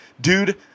Dude